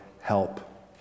help